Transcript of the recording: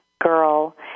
girl